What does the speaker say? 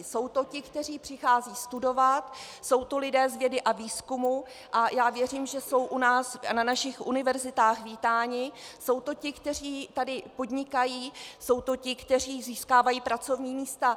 Jsou to ti, kteří přicházejí studovat, jsou to lidé z vědy a výzkumu, a já věřím, že jsou u nás na našich univerzitách vítáni, jsou to ti, kteří tady podnikají, jsou to ti, kteří získávají pracovní místa.